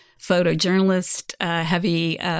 photojournalist-heavy